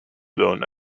zone